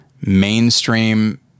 mainstream